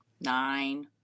Nine